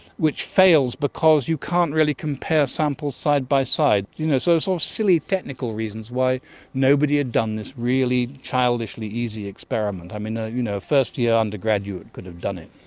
which fails because you can't really compare samples side-by-side. you know so it's sort of silly technical reasons why nobody had done this really childishly easy experiment. i mean, a you know first-year undergraduate could have done it.